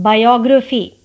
Biography